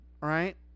Right